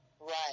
Right